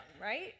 right